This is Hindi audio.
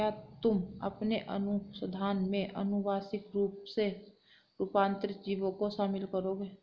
क्या तुम अपने अनुसंधान में आनुवांशिक रूप से रूपांतरित जीवों को शामिल करोगे?